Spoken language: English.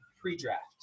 Pre-draft